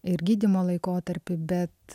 ir gydymo laikotarpį bet